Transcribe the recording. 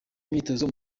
imyitozo